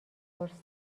پرسید